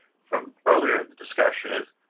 from earlier in the discussion is,